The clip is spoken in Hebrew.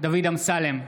דוד אמסלם,